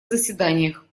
заседаниях